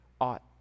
ought